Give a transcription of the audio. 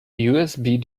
usb